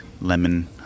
lemon